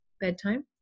bedtime